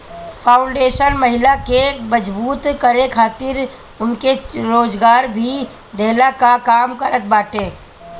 foundation महिला के मजबूत करे खातिर उनके रोजगार भी देहला कअ काम करत बाटे